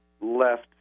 left